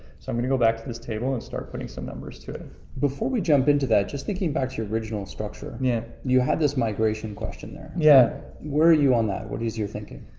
so i'm gonna go back to this table and start putting some numbers to before we jump into that, just thinking back to your original structure. yeah. you had this migration question there. yeah. where are you on that, what is your thinking?